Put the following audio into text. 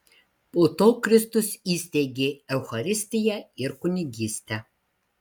po to kristus įsteigė eucharistiją ir kunigystę